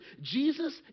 Jesus